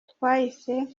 twahise